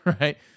right